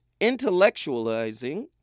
intellectualizing